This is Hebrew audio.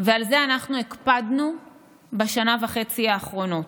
ועל זה אנחנו הקפדנו בשנה וחצי האחרונות.